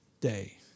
day